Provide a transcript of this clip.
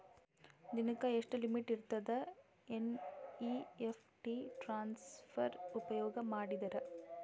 ದಿನಕ್ಕ ಎಷ್ಟ ಲಿಮಿಟ್ ಇರತದ ಎನ್.ಇ.ಎಫ್.ಟಿ ಟ್ರಾನ್ಸಫರ್ ಉಪಯೋಗ ಮಾಡಿದರ?